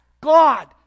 God